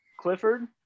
Clifford